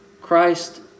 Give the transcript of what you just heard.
Christ